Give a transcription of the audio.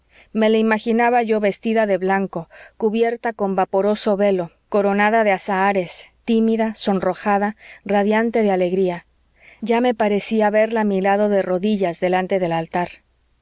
me la imaginaba yo vestida de blanco cubierta con vaporoso velo coronada de azahares tímida sonrojada radiante de alegría ya me parecía verla a mi lado de rodillas delante del altar